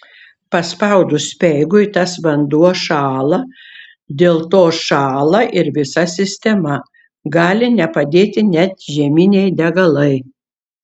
paspaudus speigui tas vanduo šąla dėl to šąla ir visa sistema gali nepadėti net žieminiai degalai